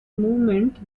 moment